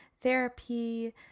therapy